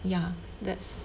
ya that's